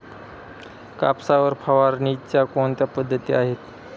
कापसावर फवारणीच्या कोणत्या पद्धती आहेत?